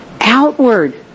outward